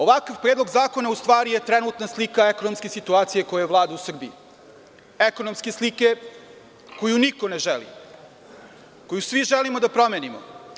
Ovakav predlog zakona u stvari je trenutno slika ekonomske situacije koja vlada u Srbiji, ekonomska slika koju niko ne želi, koju svi želimo da promenimo.